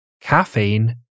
caffeine